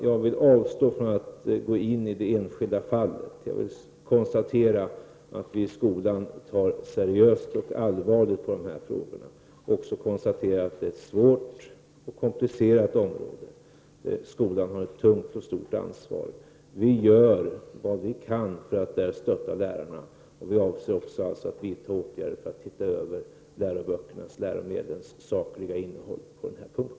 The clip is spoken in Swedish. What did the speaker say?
Jag avstår från att gå in i det enskilda fallet. Jag konstaterar att vi i skolan ser seriöst och allvarligt på den här frågan. Det är ett svårt och komplicerat område. Skolan har ett tungt och stort ansvar här. Vi gör vad vi kan för att stötta lärarna. Vi avser också att se över läromedlens sakliga innehåll på denna punkt.